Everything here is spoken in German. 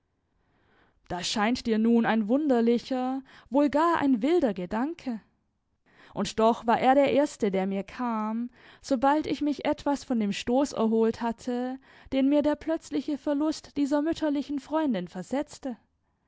das scheint dir nun ein wunderlicher wohl gar ein wilder gedanke und doch war er der erste der mir kam sobald ich mich etwas von dem stoß erholt hatte den mir der plötzliche verlust dieser mütterlichen freundin versetzte